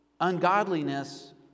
ungodliness